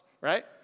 right